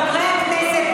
חברי הכנסת,